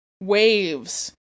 waves